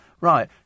Right